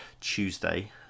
Tuesday